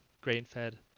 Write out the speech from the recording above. grain-fed